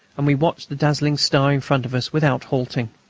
and we watched the dazzling star in front of us without halting.